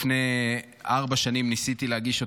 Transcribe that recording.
לפני ארבע שנים ניסיתי להגיש אותו,